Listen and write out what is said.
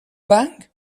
bank